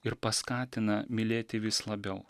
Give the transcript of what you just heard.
ir paskatina mylėti vis labiau